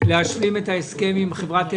להשלים את ההסכם על חברת אל-על,